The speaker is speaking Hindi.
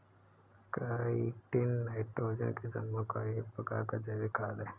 काईटिन नाइट्रोजन के समूह का एक प्रकार का जैविक खाद है